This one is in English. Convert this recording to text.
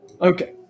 Okay